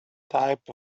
type